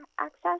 access